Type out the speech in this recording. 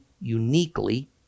uniquely